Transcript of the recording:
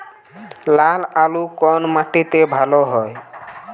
লাল আলু কোন মাটিতে ভালো হয়?